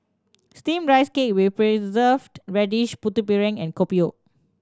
Steamed Rice Cake with Preserved Radish Putu Piring and Kopi O